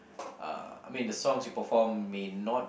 uh I mean the songs you perform may not